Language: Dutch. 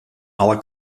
alle